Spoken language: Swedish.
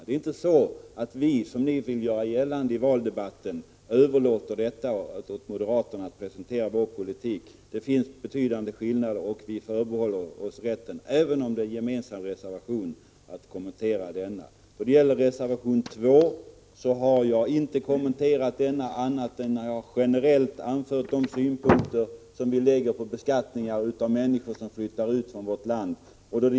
Det är inte så som ni vill göra gällande i valdebatten, att vi överlåter åt moderaterna att presentera vår politik. Det finns betydande skillnader mellan folkpartiets och moderaternas politik, och vi förbehåller oss rätten att kommentera våra förslag, även om det föreligger gemensamma reservationer. Reservation 2 har jag inte kommenterat, annat än att jag generellt har anfört folkpartiets synpunkter på beskattningen för människor som flyttar från vårt land.